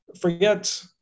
Forget